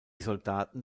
soldaten